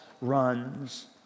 runs